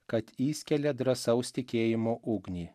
kad įskelia drąsaus tikėjimo ugnį